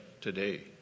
today